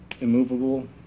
immovable